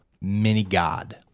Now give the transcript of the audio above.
mini-god